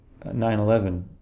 9-11